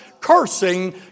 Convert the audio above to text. cursing